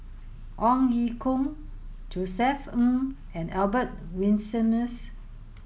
Ong Ye Kung Josef Ng and Albert Winsemius